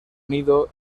unido